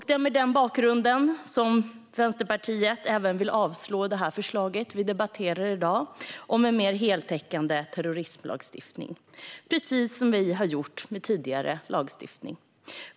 Det är mot denna bakgrund som Vänsterpartiet yrkar avslag på det förslag som vi debatterar i dag om en mer heltäckande terrorismlagstiftning, precis som vi har gjort med tidigare lagstiftning.